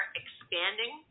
expanding